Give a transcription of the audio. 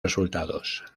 resultados